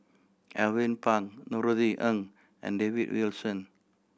Alvin Pang Norothy Ng and David Wilson